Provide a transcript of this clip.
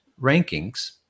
rankings